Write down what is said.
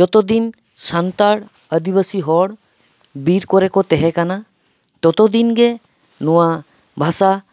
ᱡᱚᱛᱚ ᱫᱤᱱ ᱥᱟᱱᱛᱟᱲ ᱟᱹᱫᱤᱵᱟᱥᱤ ᱦᱚᱲ ᱵᱤᱨ ᱠᱚᱨᱮ ᱠᱚ ᱛᱟᱦᱮᱸ ᱠᱟᱱᱟ ᱛᱚᱛᱚ ᱫᱤᱱ ᱜᱮ ᱱᱚᱣᱟ ᱵᱷᱟᱥᱟ